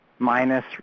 minus